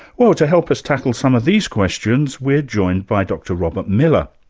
well to help us tackle some of these questions, we're joined by dr robert miller.